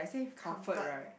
comfort